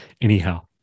Anyhow